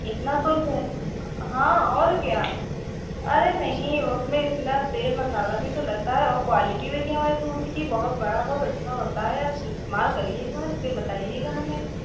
इतना सोच रहे हैं हाँ और क्या अरे नहीं उसमें इतना तेल मसाला भी तो लगता है और क्वालिटी देखिए हमारे समोसे कि बहुत बड़ा बहुत अच्छा होता है इस्तेमाल करिए एक बार फिर बताइएगा हमें